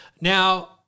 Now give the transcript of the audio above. Now